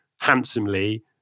handsomely